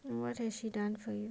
then what has she done for you